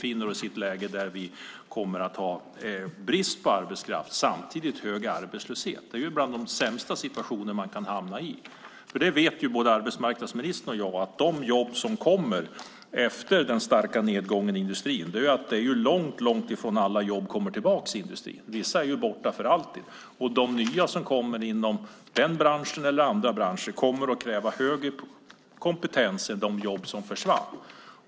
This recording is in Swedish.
Vi befinner oss då i ett läge där vi kommer att ha brist på arbetskraft och samtidigt hög arbetslöshet. Det är bland de sämsta situationer man kan hamna i. Både arbetsmarknadsministern och jag vet att långt ifrån alla de jobb som försvinner kommer tillbaka efter den starka nedgången i industrin. Vissa är borta för alltid. De nya som kommer inom den branschen eller andra branscher kommer att kräva högre kompetens än de jobb som försvann.